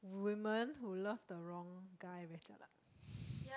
women who love the wrong guy very jialat